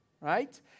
Right